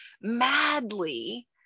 madly